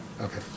Okay